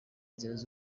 inzira